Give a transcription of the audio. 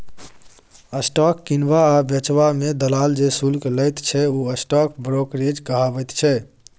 stock किनबा आ बेचबा मे दलाल जे शुल्क लैत छै ओ स्टॉक ब्रोकरेज कहाबैत छै